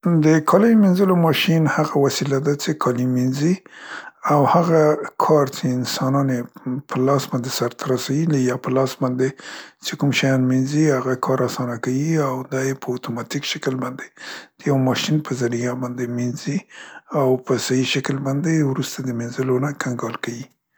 د کالیو مینځلو ماشین هغه وسیله ده څې کالي مینځي او هغه کار څې انسانان یې م په لاس باندې سرته رسي ل، یا په لاس باندې چې کوم شیان مینځي هغه کار اسانه کيي او ده یې په اتوماتیک شکل باندې د یوه ماشین په زریعه باندې مینځي او په سهي شکل باندې یې وروسته د مینځلو نه کنګال کيي.